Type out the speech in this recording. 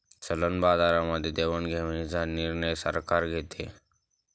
चलन बाजारामध्ये देवाणघेवाणीचा निर्णय सरकार घेते